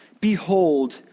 behold